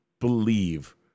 believe